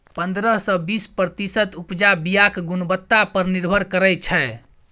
पंद्रह सँ बीस प्रतिशत उपजा बीयाक गुणवत्ता पर निर्भर करै छै